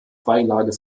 beilage